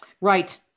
Right